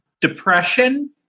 depression